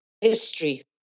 history